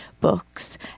Books